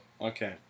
Okay